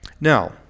Now